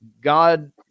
God